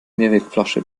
mehrwegflasche